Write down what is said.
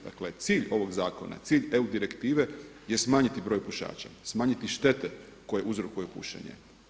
Dakle, cilj ovog zakona je, cilj EU direktive je smanjiti broj pušača, smanjiti štete koje uzrokuje pušenje.